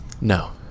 No